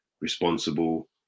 responsible